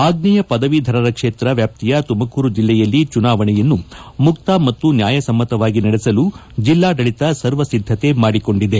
ಆಗ್ನೇಯ ಪದವೀಧರರ ಕ್ಷೇತ್ರ ವ್ಯಾಪ್ತಿಯ ತುಮಕೂರು ಜಿಲ್ಲೆಯಲ್ಲಿ ಚುನಾವಣೆಯನ್ನು ಮುಕ್ತ ಮತ್ತು ನ್ಯಾಯಸಮ್ಮತವಾಗಿ ನಡೆಸಲು ಜೆಲ್ನಾಡಳಿತ ಸರ್ವ ಸಿದ್ದತೆ ಮಾಡಿಕೊಂಡಿದೆ